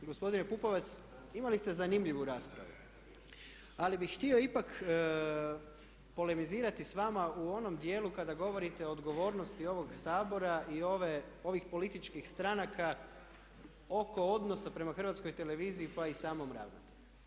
Gospodine Pupovac imali ste zanimljivu raspravu ali bih htio ipak polemizirati s vama u onom dijelu kada govorite o odgovornosti ovog Sabora i ovih političkih stranaka oko odnosa prema HRT-u pa i samom ravnatelju.